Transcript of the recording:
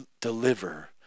deliver